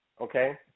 okay